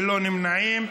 ללא נמנעים,